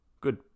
good